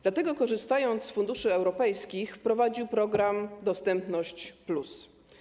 Dlatego, korzystając z funduszu europejskich, wprowadził program „Dostępność+”